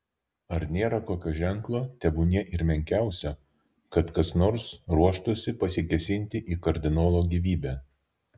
ar nėra kokio ženklo tebūnie ir menkiausio kad kas nors ruoštųsi pasikėsinti į kardinolo gyvybę